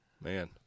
Man